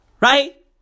Right